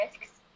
risks